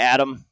Adam